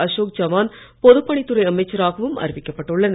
அசோக் சவான் பொதுப் பணித்துறை அமைச்சராகவும் அறிவிக்கப்பட்டுள்ளனர்